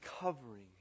covering